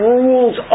rules